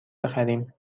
بخریم